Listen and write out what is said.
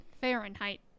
Fahrenheit